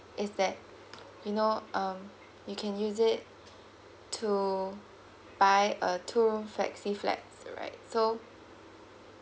is that you know um you can use it to buy a two room flexi flat alright so